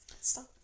Stop